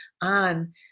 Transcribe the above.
on